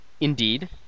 indeed